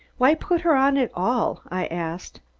why put her on at all? i asked.